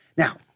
Now